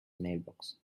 mailbox